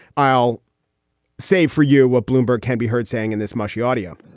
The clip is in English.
i'll say for you what bloomberg can be heard saying in this mushy audio